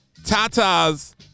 Tatas